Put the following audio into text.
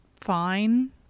fine